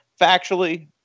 Factually